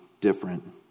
different